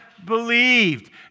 believed